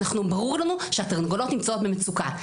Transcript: ברור לנו שהתרנגולות נמצאות במצוקה.